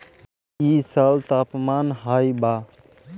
इ साल तापमान हाई बा